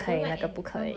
mm okay